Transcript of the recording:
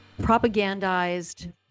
propagandized